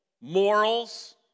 morals